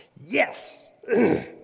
Yes